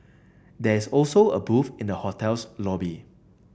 there is also a booth in the hotel's lobby